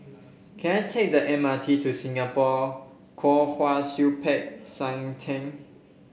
can I take the M R T to Singapore Kwong Wai Siew Peck San Theng